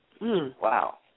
Wow